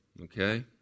Okay